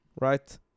right